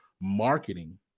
marketing